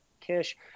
Kish